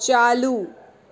ચાલુ